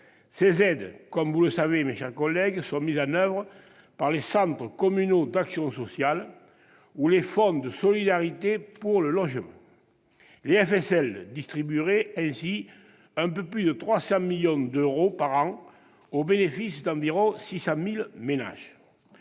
Ces aides, comme vous le savez, mes chers collègues, sont mises en oeuvre par les centres communaux d'action sociale ou les fonds de solidarité pour le logement. Les FSL distribueraient ainsi un peu plus de 300 millions d'euros par an, au bénéfice d'environ 600 000 ménages.